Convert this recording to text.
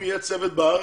אם יהיה צוות בארץ,